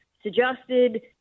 suggested